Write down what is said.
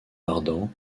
ardent